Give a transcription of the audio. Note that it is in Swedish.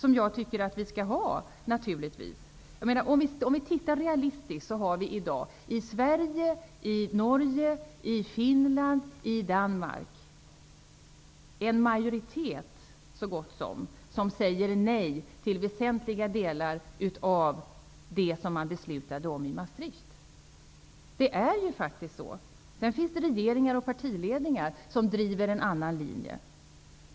Realistiskt sett finns det i dag så gott som en majoritet i Sverige, i Norge, i Finland och i Danmark, som säger nej till väsentliga delar av det som beslutades i Maastricht. Sedan finns det regeringar och partiledningar som driver en annan linje.